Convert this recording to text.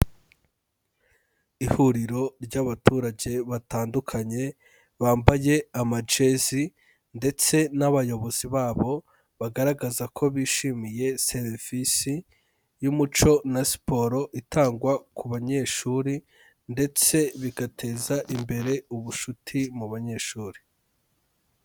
Ihuriro ry'abaturage batandukanye, bambaye amajesi. Ndetse n'abayobozi babo, bagaragaza ko bishimiye serivisi, y'umuco na siporo itangwa ku banyeshuri, ndetse bigateza imbere ubucuti mu banyeshuri.